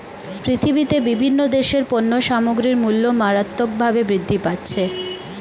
পৃথিবীতে বিভিন্ন দেশের পণ্য সামগ্রীর মূল্য মারাত্মকভাবে বৃদ্ধি পাচ্ছে